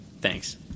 Thanks